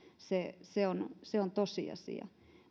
se on se on tosiasia